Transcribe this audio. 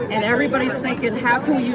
and everybody's thinkin', how